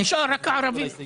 נשאר רק הערבים.